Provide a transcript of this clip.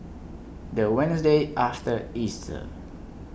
The Wednesday after Easter